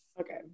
Okay